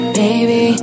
baby